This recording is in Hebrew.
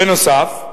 בנוסף,